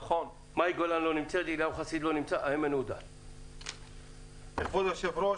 כבוד היושב-ראש,